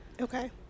okay